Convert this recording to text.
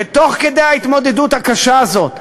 ותוך כדי ההתמודדות הקשה הזאת,